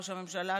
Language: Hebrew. ראש הממשלה,